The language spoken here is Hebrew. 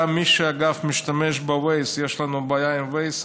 אגב, גם מי שמשתמש ב-Waze, יש לנו בעיה עם Waze,